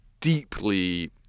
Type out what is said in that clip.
deeply